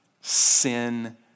sin